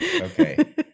Okay